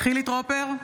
חילי טרופר,